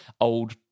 old